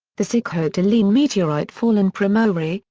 the sikhote-alin meteorite fall in primorye,